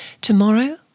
Tomorrow